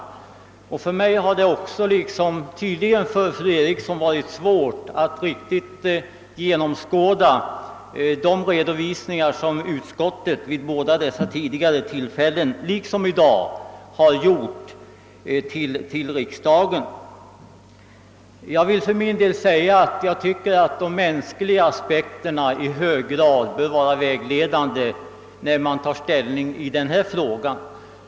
För mig har det, liksom tydligen också för fru Eriksson i Stockholm, varit svårt att riktigt genomskåda de redovisningar som utskottet vid båda dessa tidigare tillfällen liksom i dag har givit riksdagen. Jag tycker att de mänskliga aspekterna bör vara vägledande när man tar ställning i denna fråga.